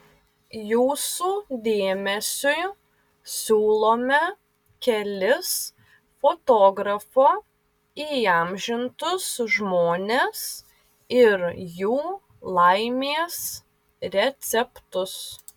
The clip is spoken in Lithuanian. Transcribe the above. jūsų dėmesiui siūlome kelis fotografo įamžintus žmones ir jų laimės receptus